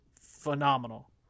phenomenal